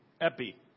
Epi